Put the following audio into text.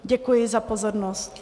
Děkuji za pozornost.